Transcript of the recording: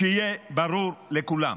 שיהיה ברור לכולם